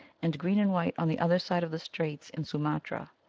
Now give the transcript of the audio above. and green and white on the other side of the straits in sumatra.